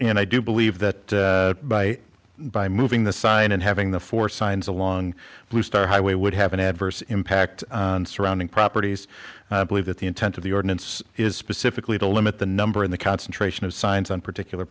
know i do believe that by by moving the sign and having the four signs along bluestar highway would have an adverse impact on surrounding properties believe that the intent of the ordinance is specifically to limit the number of the concentration of signs on particular